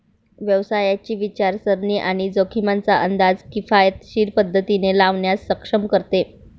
व्यवसायाची विचारसरणी आणि जोखमींचा अंदाज किफायतशीर पद्धतीने लावण्यास सक्षम करते